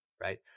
right